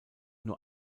nur